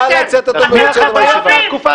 נא לצאת, אדוני.